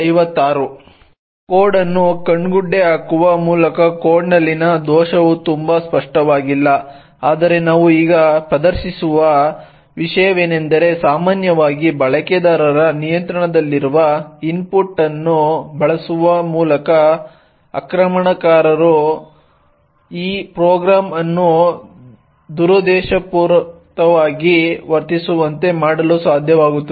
ಈಗ ಕೋಡ್ ಅನ್ನು ಕಣ್ಣುಗುಡ್ಡೆ ಹಾಕುವ ಮೂಲಕ ಕೋಡ್ನಲ್ಲಿನ ದೋಷವು ತುಂಬಾ ಸ್ಪಷ್ಟವಾಗಿಲ್ಲ ಆದರೆ ನಾವು ಈಗ ಪ್ರದರ್ಶಿಸುವ ವಿಷಯವೆಂದರೆ ಸಾಮಾನ್ಯವಾಗಿ ಬಳಕೆದಾರರ ನಿಯಂತ್ರಣದಲ್ಲಿರುವ ಇನ್ಪುಟ್ ಅನ್ನು ಬದಲಾಯಿಸುವ ಮೂಲಕ ಆಕ್ರಮಣಕಾರರು ಈ ಪ್ರೋಗ್ರಾಂ ಅನ್ನು ದುರುದ್ದೇಶಪೂರಿತವಾಗಿ ವರ್ತಿಸುವಂತೆ ಮಾಡಲು ಸಾಧ್ಯವಾಗುತ್ತದೆ